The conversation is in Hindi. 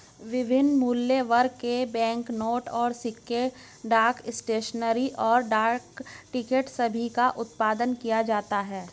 विभिन्न मूल्यवर्ग के बैंकनोट और सिक्के, डाक स्टेशनरी, और डाक टिकट सभी का उत्पादन किया जाता है